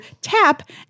Tap